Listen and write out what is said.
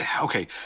okay